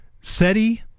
SETI